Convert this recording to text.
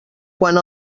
quant